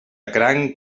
cranc